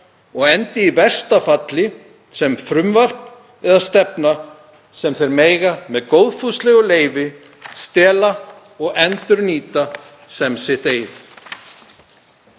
og endi í versta falli sem frumvarp eða stefna sem þeir mega með góðfúslegu leyfi stela og endurnýta sem sína